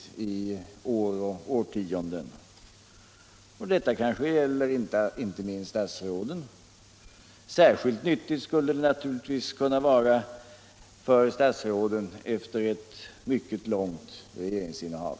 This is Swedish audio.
Men jag säger som herr